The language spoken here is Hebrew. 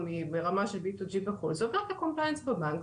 או ברמה של B2G בחו"ל זה עובר את ה-Compliance בבנק,